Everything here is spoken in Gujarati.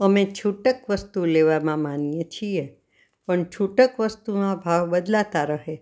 અમે છૂટક વસ્તુ લેવામાં માનીએ છીએ પણ છૂટક વસ્તુમાં ભાવ બદલાતા રહે